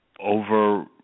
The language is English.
over